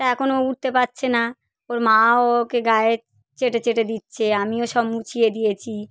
তা একন ও উঠতে পারছে না ওর মা ও ওকে গায়ে চেটে চেটে দিচ্ছে আমিও সব মুচিয়ে দিয়েছি